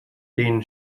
den